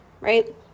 right